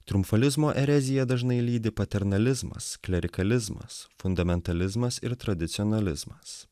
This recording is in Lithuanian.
triumfalizmo ereziją dažnai lydi paternalizmas klerikalizmas fundamentalizmas ir tradicionalizmas